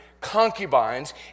concubines